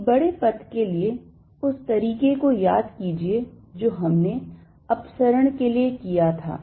एक बड़े पथ के लिए उस तरीके को याद कीजिए जो हमने अपसरण के लिए किया था